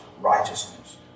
righteousness